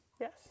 Yes